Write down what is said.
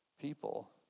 people